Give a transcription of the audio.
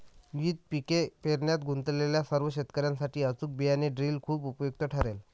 विविध पिके पेरण्यात गुंतलेल्या सर्व शेतकर्यांसाठी अचूक बियाणे ड्रिल खूप उपयुक्त ठरेल